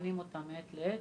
בוחנים אותם מעת לעת.